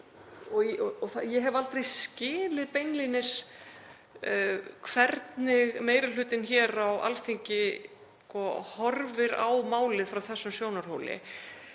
Ég hef aldrei skilið beinlínis hvernig meiri hlutinn hér á Alþingi horfir á málið frá þessum sjónarhóli.